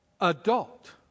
adult